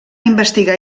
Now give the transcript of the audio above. investigar